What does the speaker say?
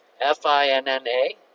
F-I-N-N-A